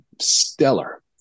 stellar